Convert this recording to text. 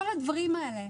כל הדברים האלה,